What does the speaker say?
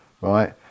right